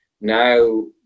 Now